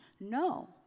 no